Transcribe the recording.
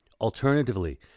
Alternatively